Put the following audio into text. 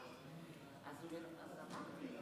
המזכירה.